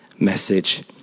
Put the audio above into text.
message